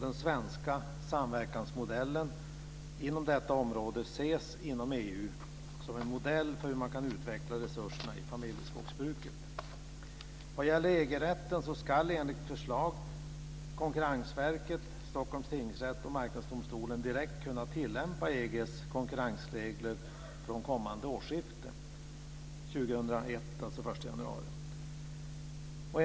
Den svenska samverkansmodellen på detta område ses inom EU som en modell för hur man kan utveckla resurserna i familjeskogsbruket. Vad gäller EG-rätten ska enligt förslag Konkurrensverket, Stockholms tingsrätt och Marknadsdomstolen direkt kunna tilllämpa EG:s konkurrensregler från kommande årsskifte, dvs. från 1 januari 2001.